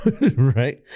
right